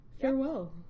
Farewell